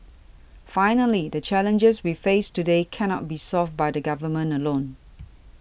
finally the challenges we face today cannot be solved by the Government alone